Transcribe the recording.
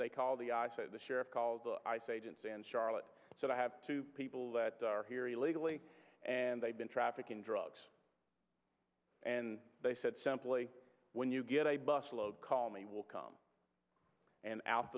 they call the i say the sheriff calls the ice agents and charlotte so i have two people that are here illegally and they've been trafficking drugs and they said simply when you get a bus load call me will come and out